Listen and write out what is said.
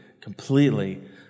completely